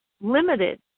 limited